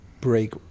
break